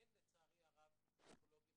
אין, לצערי הרב, פסיכולוגים